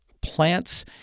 plants